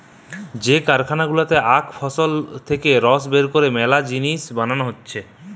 যে কারখানা গুলাতে আখ ফসল হইতে রস বের কইরে মেলা জিনিস বানানো হতিছে